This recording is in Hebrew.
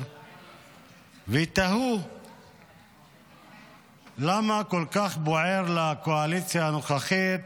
ותהו למה כל כך בוער לקואליציה הנוכחית